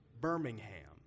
Birmingham